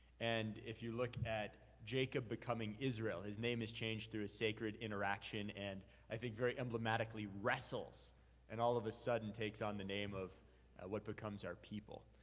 and if you look at jacob becoming israel. his name has changed through a sacred interaction and i think very emblematically wrestles and all of a sudden takes on the name of what becomes our people.